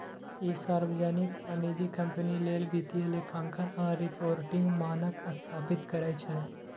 ई सार्वजनिक आ निजी कंपनी लेल वित्तीय लेखांकन आ रिपोर्टिंग मानक स्थापित करै छै